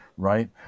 right